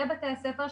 לבתי הספר,